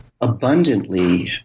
abundantly